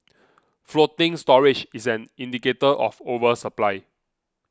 floating storage is an indicator of oversupply